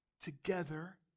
together